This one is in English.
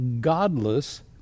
godless